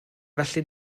felly